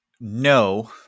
No